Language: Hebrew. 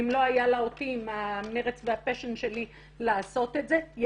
ואם לא היה לה אותי עם המרץ והפשן שלי לעשות את זה היא